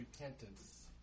repentance